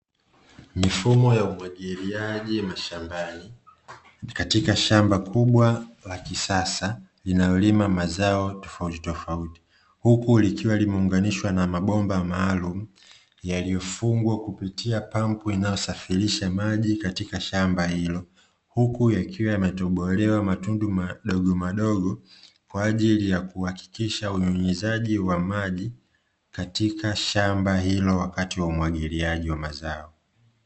Mifumo ya umwagiliaji mashambani katika shamba kubwa la kisasa linalolimwa mazao tofautitofauti, huku likiwa limeunganishwa na mabomba maalumu, yaliyofungwa kupitia pampu inayosafirisha maji katika shamba hilo, huku yakiwa yametobolewa matundu madogomadogo, kwa ajili ya kuhakikisha unyunyizaji wa maji katika shamba hilo, wakati wa umwagiliaji wa mazao.